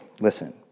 listen